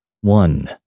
One